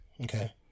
Okay